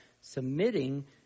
submitting